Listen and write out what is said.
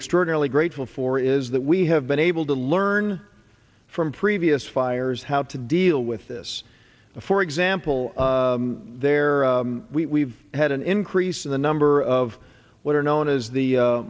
extraordinarily grateful for is that we have been able to learn from previous fires how to deal with this for example there we've had an increase in the number of what are known as the